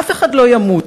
אף אחד לא ימות,